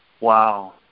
wow